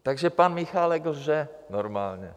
Takže pan Michálek lže normálně.